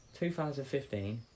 2015